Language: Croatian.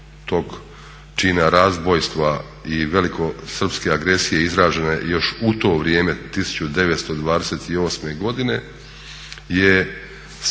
tog čina razbojstva i velikosrpske agresije izražene još u to vrijeme 1928. godine